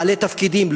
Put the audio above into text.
בעלי תפקידים,